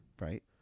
Right